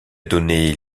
donné